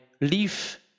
leave